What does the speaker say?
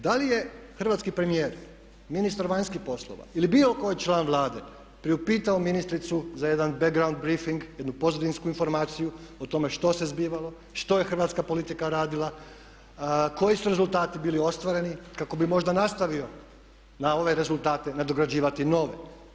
Da li je hrvatski premijer, ministar vanjskih poslova ili bilo koji član Vlade priupitao ministricu za jedan background brifing, jednu pozadinsku informaciju o tome što se zbivalo, što je hrvatska politika radila, koji su rezultati bili ostvareni kako bi možda nastavio na ove rezultate nadograđivati nove.